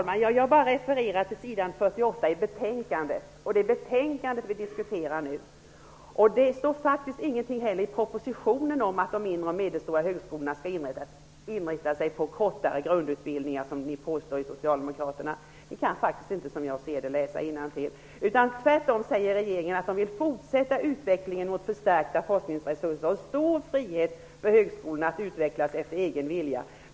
Herr talman! Jag bara refererar till s. 48 i betänkandet, och det är betänkandet vi diskuterar nu. Det står faktiskt ingenting i propositionen heller om att de mindre och medelstora högskolorna skall inrikta sig på kortare grundutbildningar som ni påstår. Ni kan faktiskt inte, som jag ser det, läsa innantill. Regeringen säger tvärtom att att man vill fortsätta utvecklingen mot förstärkta forskningsresurser och stor frihet för högskolorna att utvecklas efter egen vilja.